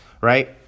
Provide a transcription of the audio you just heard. right